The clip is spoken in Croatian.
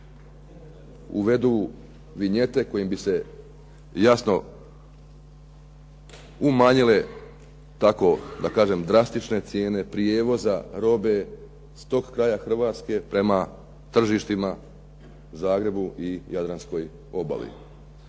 uvedu vinjete kojim bi se jasno umanjile tako da kažem drastične cijene prijevoza robe s toga kraja Hrvatske prema tržištima Zagrebu i Jadranskoj obali.